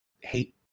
hate